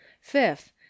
fifth